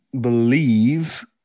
believe